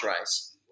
race